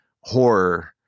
horror